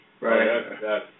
Right